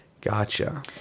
Gotcha